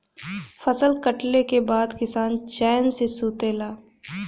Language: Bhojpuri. फसल कटले के बाद किसान चैन से सुतेला